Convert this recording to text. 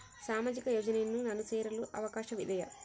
ಸಾಮಾಜಿಕ ಯೋಜನೆಯನ್ನು ನಾನು ಸೇರಲು ಅವಕಾಶವಿದೆಯಾ?